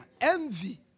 envy